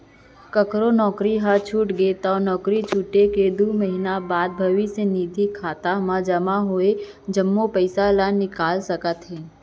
ककरो नउकरी ह छूट गे त नउकरी छूटे के दू महिना बाद भविस्य निधि खाता म जमा होय जम्मो पइसा ल निकाल सकत हे